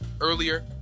Earlier